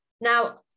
now